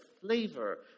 flavor